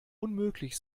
unmöglich